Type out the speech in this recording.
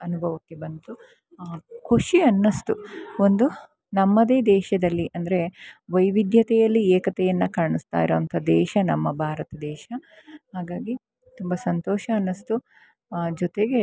ಅನುಭವಕ್ಕೆ ಬಂತು ಖುಷಿ ಅನ್ನಿಸ್ತು ಒಂದು ನಮ್ಮದೇ ದೇಶದಲ್ಲಿ ಅಂದರೆ ವೈವಿಧ್ಯತೆಯಲ್ಲಿ ಏಕತೆಯನ್ನು ಕಾಣಿಸ್ತ ಇರೋವಂಥ ದೇಶ ನಮ್ಮ ಭಾರತ ದೇಶ ಹಾಗಾಗಿ ತುಂಬ ಸಂತೋಷ ಅನ್ನಿಸ್ತು ಜೊತೆಗೆ